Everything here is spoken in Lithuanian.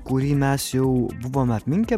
kurį mes jau buvome atminkę